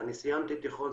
אני סיימתי תיכון,